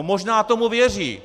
Možná tomu věří.